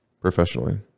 Professionally